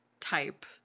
type